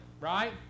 right